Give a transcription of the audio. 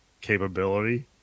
capability